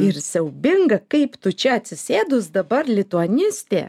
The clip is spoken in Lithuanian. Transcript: ir siaubinga kaip tu čia atsisėdus dabar lituanistė